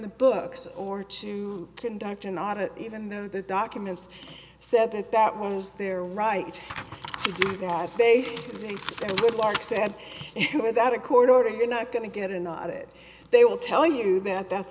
the books or to conduct an audit even though the documents said that that was their right to do that they would mark said without a court order you're not going to get an audit they will tell you that that's